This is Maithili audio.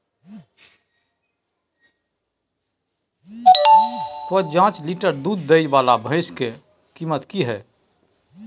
प जॉंच लीटर दूध दैय वाला भैंस के कीमत की हय?